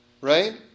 Right